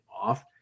off